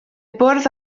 bwrdd